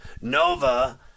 NOVA